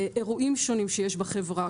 אירועים שונים שיש בחברה,